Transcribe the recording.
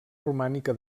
romànica